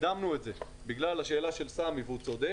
הקדמנו את זה בגלל השאלה של סמי, והוא צודק.